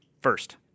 first